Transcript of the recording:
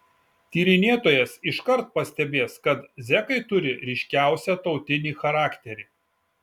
tyrinėtojas iškart pastebės kad zekai turi ryškiausią tautinį charakterį